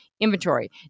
inventory